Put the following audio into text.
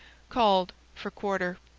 called for quarter.